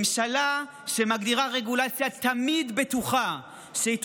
ממשלה שמגדירה רגולציה תמיד בטוחה שהיא